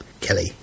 Kelly